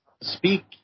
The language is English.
speak